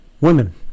women